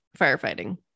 firefighting